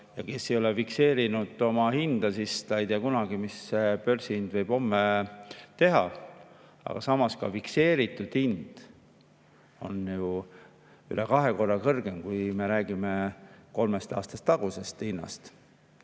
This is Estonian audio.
Kes ei ole fikseerinud oma hinda, see ei tea kunagi, mis börsihind võib homme teha, aga samas ka fikseeritud hind on ju üle kahe korra kõrgem, kui me räägime kolme aasta tagusest hinnast.